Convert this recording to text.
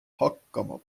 hakkama